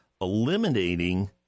eliminating